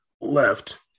left